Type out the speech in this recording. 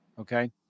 Okay